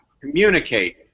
communicate